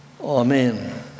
Amen